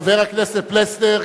חבר הכנסת פלסנר,